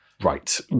Right